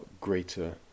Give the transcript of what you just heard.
greater